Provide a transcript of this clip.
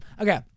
Okay